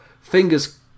fingers